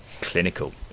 clinical